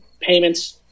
payments